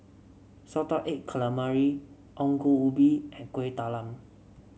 Salted Egg Calamari Ongol Ubi and Kueh Talam